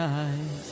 eyes